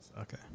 Okay